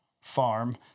farm